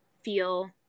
feel